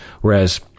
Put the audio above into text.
whereas